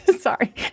sorry